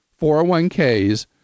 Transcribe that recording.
401ks